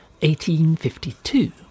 1852